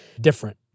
different